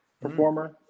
performer